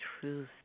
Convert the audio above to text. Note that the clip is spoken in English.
truth